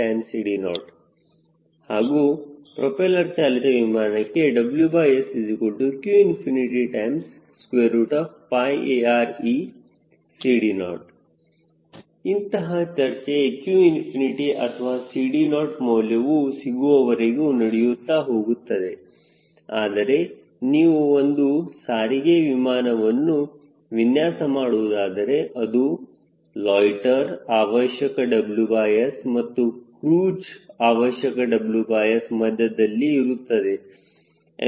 WSqAReCD0 ಹಾಗೂ propeller ಚಾಲಿತ ವಿಮಾನಕ್ಕೆ WSqAReCD0 ಇಂತಹ ಚರ್ಚೆ qꝏ ಅಥವಾ 𝐶D0 ಮೌಲ್ಯವು ಸಿಗುವವರೆಗೂ ನಡೆಯುತ್ತಾ ಹೋಗುತ್ತದೆ ಆದರೆ ನೀವು ಒಂದು ಸಾರಿ ಗೆ ವಿಮಾನವನ್ನು ವಿನ್ಯಾಸ ಮಾಡುವುದಾದರೆ ಇದು ಲೊಯ್ಟ್ಟೆರ್ ಅವಶ್ಯಕ WS ಮತ್ತು ಕ್ರೂಜ್ ಅವಶ್ಯಕ WS ಮಧ್ಯದಲ್ಲಿ ಇರುತ್ತದೆ